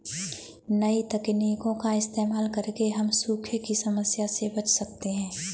नई तकनीकों का इस्तेमाल करके हम सूखे की समस्या से बच सकते है